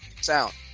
sound